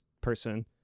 person